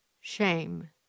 shame